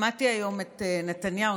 שמעתי היום את נתניהו,